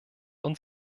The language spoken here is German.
uns